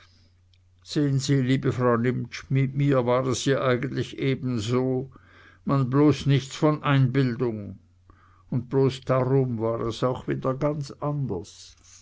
sehen sie liebe frau nimptsch mit mir war es ja eigentlich ebenso man bloß nichts von einbildung und bloß darum war es auch wieder ganz anders